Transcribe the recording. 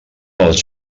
els